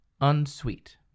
Unsweet